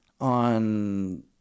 on